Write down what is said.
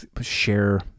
share